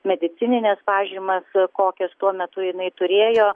medicinines pažymas kokias tuo metu jinai turėjo